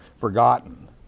forgotten